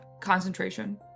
concentration